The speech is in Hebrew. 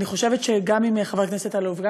אני חושבת שגם עם חבר הכנסת אלאלוף וגם